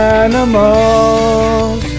animals